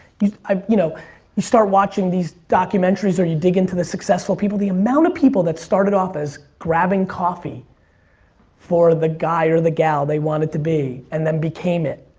you um you know you start watching these documentaries or you dig into the successful people. the amount of people that started off as grabbing coffee for the guy or the gal that they wanted to be and then became it.